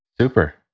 Super